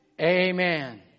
Amen